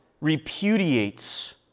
repudiates